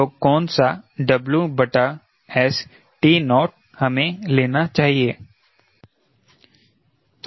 तो कौन सा TO हमें लेना चाहिए